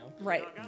Right